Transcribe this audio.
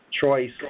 Choice